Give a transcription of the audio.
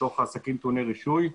מתוך העסקים טעוני הרישוי,